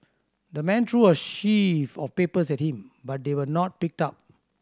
the man threw a sheaf of papers at him but they were not picked up